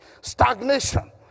stagnation